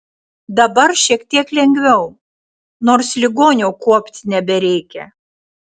dabar šiek tiek lengviau nors ligonio kuopti nebereikia